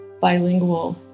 bilingual